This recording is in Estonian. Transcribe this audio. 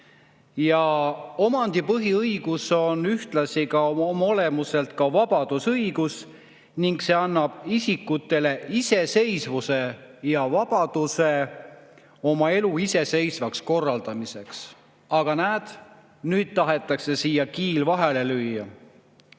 Omandi põhiõigus on oma olemuselt ühtlasi ka vabadusõigus ning see annab isikutele iseseisvuse ja vabaduse oma elu iseseisvaks korraldamiseks. Aga näed, nüüd tahetakse siia kiil vahele lüüa.